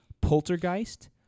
poltergeist